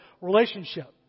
relationship